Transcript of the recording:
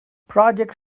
project